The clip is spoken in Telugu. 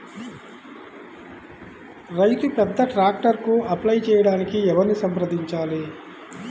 రైతు పెద్ద ట్రాక్టర్కు అప్లై చేయడానికి ఎవరిని సంప్రదించాలి?